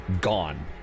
gone